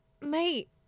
mate